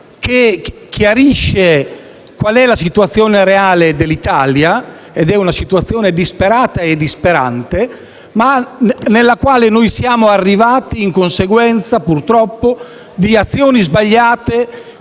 che chiarisce qual è la situazione reale dell'Italia. Ed è una situazione disperata e disperante, ma alla quale noi siamo arrivati in conseguenza - purtroppo - di azioni sbagliate